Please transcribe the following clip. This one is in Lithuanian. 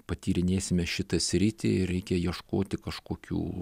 patyrinėsime šitą sritį ir reikia ieškoti kažkokių